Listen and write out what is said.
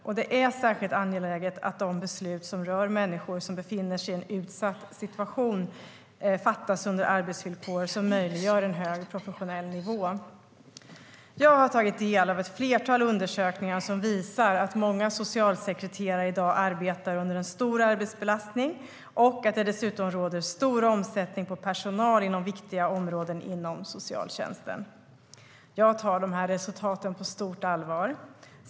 Det är särskilt angeläget att de beslut som rör människor som befinner sig i en utsatt situation fattas under arbetsvillkor som möjliggör en hög professionell nivå. Jag har tagit del av ett flertal undersökningar som visar att många socialsekreterare i dag arbetar under en stor arbetsbelastning och att det dessutom råder stor omsättning på personal inom viktiga områden inom socialtjänsten. Jag tar dessa resultat på stort allvar.